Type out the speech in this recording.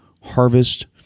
harvest